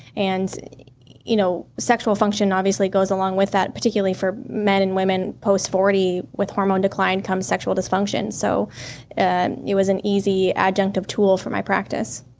and you know sexual function, obviously, goes along with that, particularly for men and women post forty with hormone decline comes sexual dysfunction, so and it was an easy adjunctive tool for my practice